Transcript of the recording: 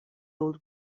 old